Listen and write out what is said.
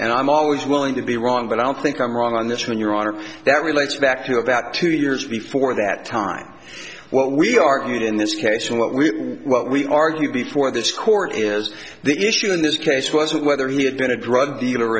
and i'm always willing to be wrong but i don't think i'm wrong on this one your honor that relates back to about two years before that time what we argued in this case and what we what we argued before this court is the issue in this case was whether he had been a drug dealer